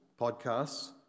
podcasts